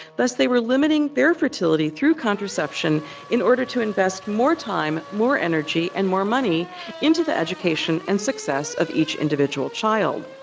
thus, they were limiting their fertility through contraception in order to invest more time, more energy and more money into the education and success of each individual child.